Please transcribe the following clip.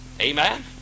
Amen